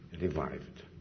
Revived